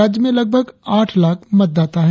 राज्य में लगभग आठ लाख मतदाता है